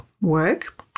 work